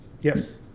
yes